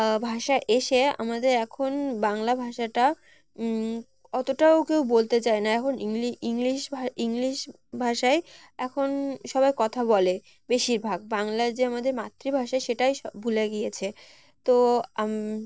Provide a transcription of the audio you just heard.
ভাষা এসে আমাদের এখন বাংলা ভাষাটা অতটাও কেউ বলতে চায় না এখন ইংল ইংলিশ ইংলিশ ভাষায় এখন সবাই কথা বলে বেশিরভাগ বাংলা যে আমাদের মাতৃভাষা সেটাই সব ভুলে গিয়েছে তো